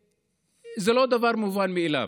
זה לא דבר מובן מאליו.